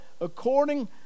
according